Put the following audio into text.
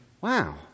wow